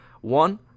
One